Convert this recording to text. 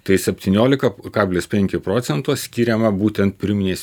tai septyniolika kablis penki procento skiriama būtent pirminei